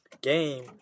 game